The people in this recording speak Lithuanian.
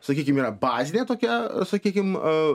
sakykim bazinė tokia a sakykim a